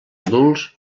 adults